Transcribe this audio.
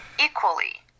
equally